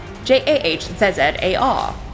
J-A-H-Z-Z-A-R